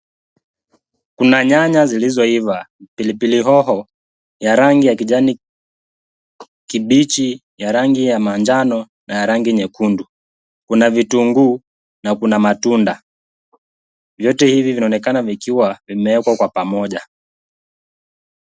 Kuna nyanya zilizoiva, pilipili hoho ya rangi ya kijani kibichi, ya rangi ya manjano, na ya rangi nyekundu. Kuna vitunguu na kuna matunda. Vyote hivi vinaonekana vikiwa vimeekwa kwa pamoja.